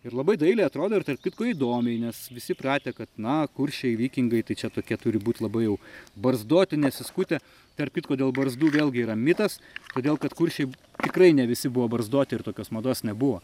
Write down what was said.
ir labai dailiai atrodo ir tarp kitko įdomiai nes visi įpratę kad na kuršiai vikingai tai čia tokie turi būt labai jau barzdoti nesiskutę tarp kitko dėl barzdų vėlgi yra mitas todėl kad kuršiai tikrai ne visi buvo barzdoti ir tokios mados nebuvo